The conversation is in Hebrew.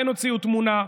כן הוציאו תמונה.